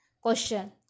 Question